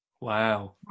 Wow